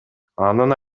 анын